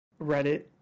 Reddit